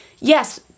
yes